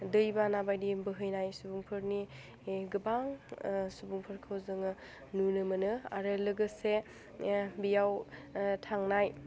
दैबाना बायदि बोहैनाय सुबुंफोरनि गोबां सुबुंफोरखौ जोङो नुनो मोनो आरो लोगोसे बेयाव थांनाय